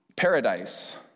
paradise